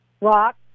rock